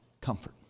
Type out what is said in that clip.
comfort